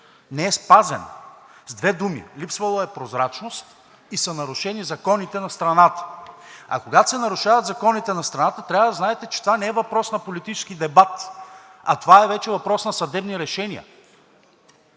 не е спазен. С две думи, липсвала е прозрачност и са нарушени законите на страната. А когато се нарушават законите на страната, трябва да знаете, че това не е въпрос на политически дебат, а това е вече въпрос на съдебни решения.